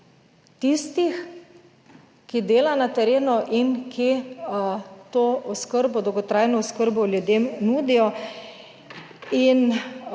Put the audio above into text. tistih, ki delajo na terenu in ki to oskrbo, dolgotrajno oskrbo ljudem nudijo. In